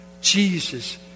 Jesus